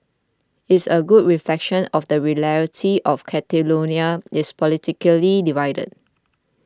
it's a good reflection of the reality of Catalonia is politically divided